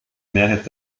mehrheit